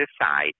decide